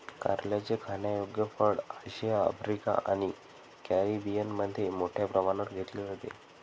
कारल्याचे खाण्यायोग्य फळ आशिया, आफ्रिका आणि कॅरिबियनमध्ये मोठ्या प्रमाणावर घेतले जाते